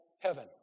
heaven